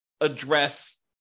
address